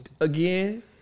Again